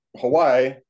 Hawaii